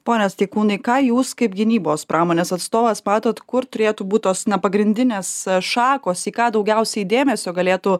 pone steikūnai ką jūs kaip gynybos pramonės atstovas matot kur turėtų būt tos pagrindinės šakos į ką daugiausiai dėmesio galėtų